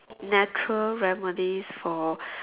natural remedies for